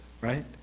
right